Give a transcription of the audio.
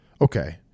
Okay